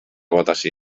votació